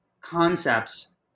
concepts